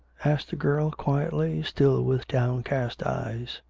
asked the girl quietly, still with downcast eyes.